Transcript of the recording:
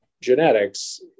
genetics